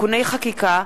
(תיקוני חקיקה),